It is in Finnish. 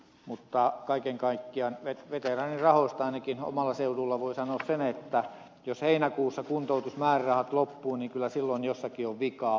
mutta kaiken kaikkiaan veteraanirahoista ainakin omalla seudulla voi sanoa sen että jos heinäkuussa kuntoutusmäärärahat loppuvat niin kyllä silloin jossakin on vikaa